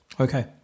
Okay